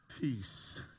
peace